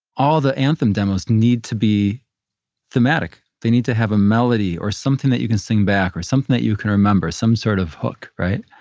all the anthem demos need to be thematic. they need to have a melody or something that you can sing back, or something that you can remember, some sort of hook. right?